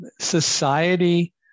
society